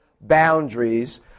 boundaries